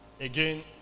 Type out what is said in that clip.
Again